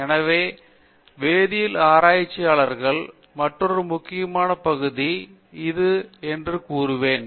எனவே வேதியியல் ஆராய்ச்சியின் மற்றொரு முக்கியமான பகுதி பொது அறிவியல் என்று கூறுவேன்